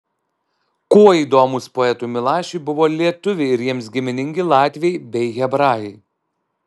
kuo įdomūs poetui milašiui buvo lietuviai ir jiems giminingi latviai bei hebrajai